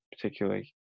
particularly